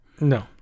No